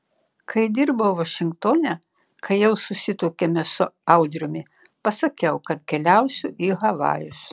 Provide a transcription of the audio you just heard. kai dirbau vašingtone kai jau susituokėme su audriumi pasakiau kad keliausiu į havajus